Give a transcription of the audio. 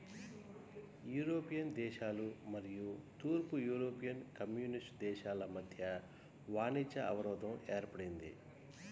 European దేశాలు మరియు తూర్పు యూరోపియన్ కమ్యూనిస్ట్ దేశాల మధ్య వాణిజ్య అవరోధం ఏర్పడింది